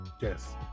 Yes